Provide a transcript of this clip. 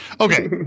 Okay